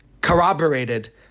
corroborated